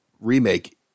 remake